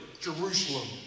Jerusalem